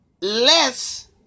less